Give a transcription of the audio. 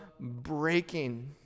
breaking